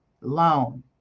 loan